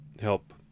help